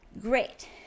great